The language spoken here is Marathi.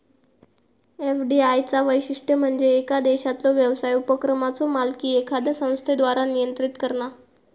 एफ.डी.आय चा वैशिष्ट्य म्हणजे येका देशातलो व्यवसाय उपक्रमाचो मालकी एखाद्या संस्थेद्वारा नियंत्रित करणा